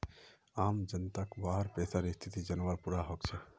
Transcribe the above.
आम जनताक वहार पैसार स्थिति जनवार पूरा हक छेक